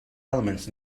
elements